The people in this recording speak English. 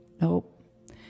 nope